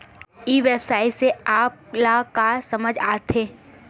ई व्यवसाय से आप ल का समझ आथे?